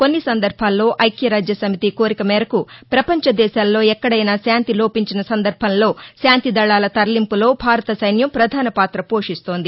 కొన్ని సందర్బాల్లో ఐక్యరాజ్యసమితి కోరిక మేరకు ప్రపంచదేశాల్లో ఎక్కడైనా శాంతి లోపించిన సందర్బంలో శాంతి దళాల తరలింపులో భారత సైన్యం ప్రధాన పాత పోషిస్తోంది